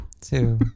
two